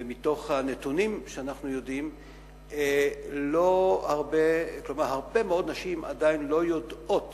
ומתוך הנתונים שאנחנו יודעים הרבה מאוד נשים עדיין לא יודעות